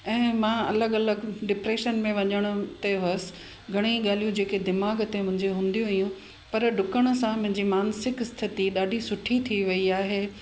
ऐं मां अलॻि अलॻि डिप्रैशन में वञण ते हुअसि घणेई ॻाल्हियूं जेके दिमाग़ ते मुंहिंजी हूंदी हुयूं पर डुकण सां मुंहिंजी मानसिक स्थिति ॾाढी सुठी थी वई आहे